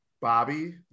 Bobby –